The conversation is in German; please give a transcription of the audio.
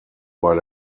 bei